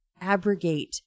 abrogate